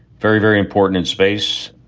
very, very important in space.